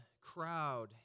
crowd